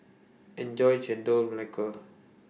Enjoy Chendol Melaka